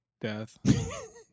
death